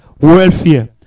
welfare